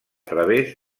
través